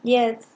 yes